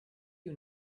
you